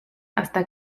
hasta